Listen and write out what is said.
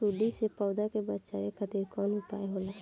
सुंडी से पौधा के बचावल खातिर कौन उपाय होला?